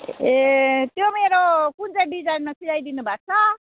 ए त्यो मेरो कुन चाहिँ डिजाइनमा सिलाइदिनु भएको छ